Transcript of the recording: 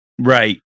right